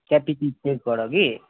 त्यहाँ पछि चेक गर कि